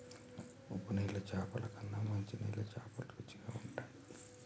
ఉప్పు నీళ్ల చాపల కన్నా మంచి నీటి చాపలు రుచిగ ఉంటయ్